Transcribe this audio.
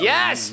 Yes